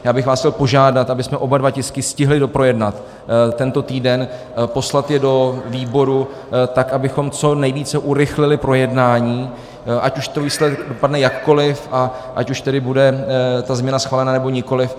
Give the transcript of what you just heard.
Já bych vás chtěl požádat, abychom oba dva tisky stihli doprojednat tento týden, poslat je do výboru, tak abychom co nejvíce urychlili projednání, ať už ten výsledek dopadne jakkoliv a ať už tedy bude ta změna schválena, nebo nikoliv.